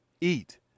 Eat